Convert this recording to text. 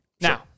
Now